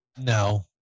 No